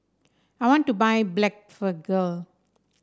I want to buy Blephagel